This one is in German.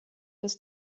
das